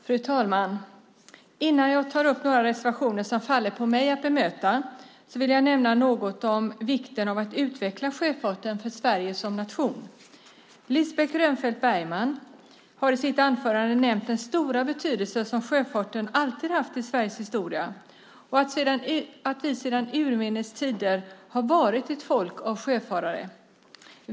Fru talman! Innan jag tar upp de reservationer som jag har fått i uppgift att kommentera, vill jag nämna något om vikten för Sverige som nation att utveckla sjöfarten. Lisbeth Grönfeldt Bergman har i sitt anförande nämnt den stora betydelse som sjöfarten alltid har haft i Sveriges historia och att vi sedan urminnes tider har varit ett folk av sjöfarare.